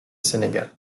sénégal